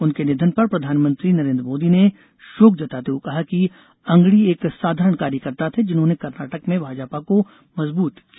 उनके निधन पर प्रधानमंत्री नरेंद्र मोदी ने शोक जताते हुए कहा कि अंगड़ी एक साधारण कार्यकर्ता थे जिन्होंने कर्नाटक में भाजपा को मजबूत किया